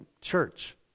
church